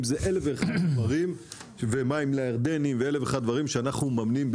אם זה מים לירדנים ואלף ואחד דברים שאנחנו ממנים.